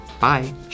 Bye